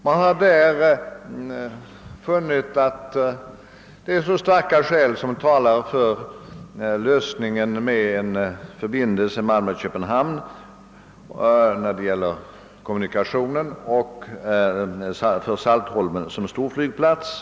Man har där funnit att starka skäl talar för lösningen med en kommunikationsförbindelse - Malmö—Köpenhamn och för Saltholm som storflygplats.